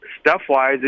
Stuff-wise